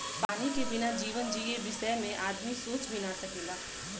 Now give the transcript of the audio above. पानी के बिना जीवन जिए बिसय में आदमी सोच भी न सकेला